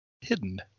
hidden